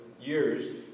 years